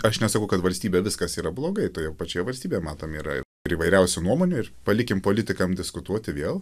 aš nesakau kad valstybė viskas yra blogai toje pačioje valstybėje matome yra ir įvairiausių nuomonių ir palikim politikam diskutuoti vėl